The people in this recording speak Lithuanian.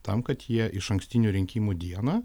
tam kad jie išankstinių rinkimų dieną